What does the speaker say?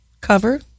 cover